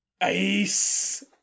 ice